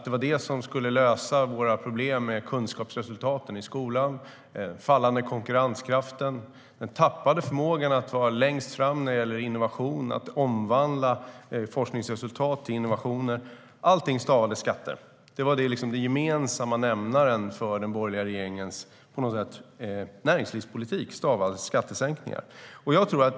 Det var det som skulle lösa våra problem med kunskapsresultaten i skolan, den fallande konkurrenskraften och den tappade förmågan att vara längst fram när det gäller innovation och att omvandla forskningsresultat till innovationer. Allting stavades skatter. Den gemensamma nämnaren för den borgerliga regeringens näringslivspolitik var att den stavades skattesänkningar.